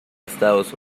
estados